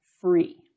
free